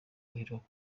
uheruka